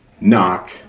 knock